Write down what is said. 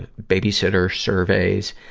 and babysitter surveys.